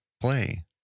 play